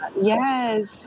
Yes